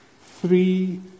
three